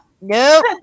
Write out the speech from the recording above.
Nope